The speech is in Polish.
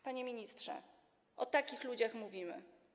Panie ministrze, o takich ludziach mówimy.